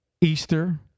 Easter